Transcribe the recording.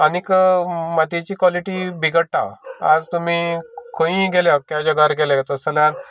आनीक मातयेची कोलिटी बिगडटा आज तुमी खंयी गेले अख्ख्या जगार गेले तशें जाल्यार